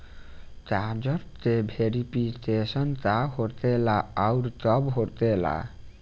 कागज के वेरिफिकेशन का हो खेला आउर कब होखेला?